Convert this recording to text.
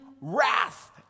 wrath